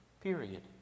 period